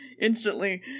instantly